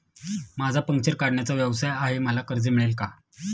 माझा पंक्चर काढण्याचा व्यवसाय आहे मला कर्ज मिळेल का?